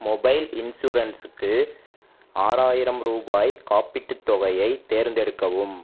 mobile இன்ஷூரன்ஸுக்கு ஆறாயிரம் ரூபாய் காப்பீட்டுத் தொகையை தேர்ந்தெடுக்கவும்